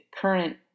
current